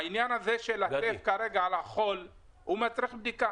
העניין הזה של הטף הזה כרגע עם החול הוא מצריך בדיקה